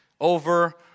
over